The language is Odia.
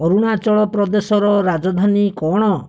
ଅରୁଣାଚଳପ୍ରଦେଶର ରାଜଧାନୀ କଣ